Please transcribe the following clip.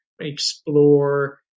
explore